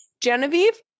Genevieve